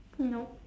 nope